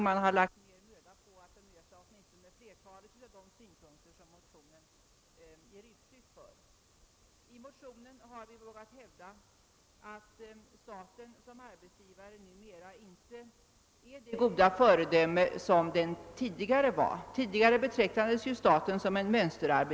Utskottet har lagt ned möda på att bemöta åtminstone flertalet av de synpunkter som motionen ger uttryck åt. I motionen har vi vågat hävda att staten som arbetsgivare numera inte är det goda föredöme som den tidigare var.